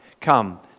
come